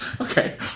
Okay